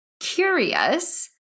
Curious